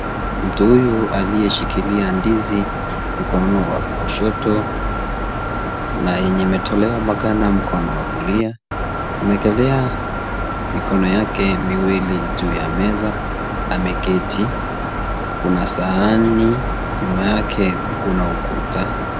Mtu huyu aliyeshikilia ndizi mkononi wa kushoto na yenye imetolewa maganda mkono wa kulia amewekelea mikono yake miwili juu ya meza ameketi, kuna sahani ,nyuma yake kuna ukuta